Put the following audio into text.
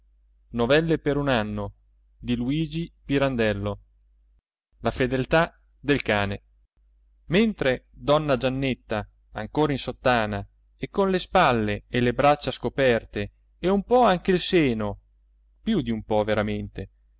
tra il folto barbone abbatuffolato la fedeltà del cane mentre donna giannetta ancora in sottana e con le spalle e le braccia scoperte e un po anche il seno più d'un po veramente